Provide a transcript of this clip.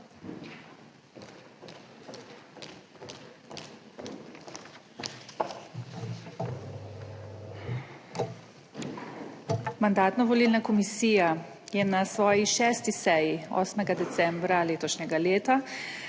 Mandatno-volilna komisija je na svoji 6. seji, 8. decembra letošnjega leta,